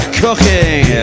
cooking